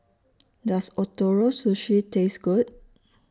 Does Ootoro Sushi Taste Good